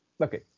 Okay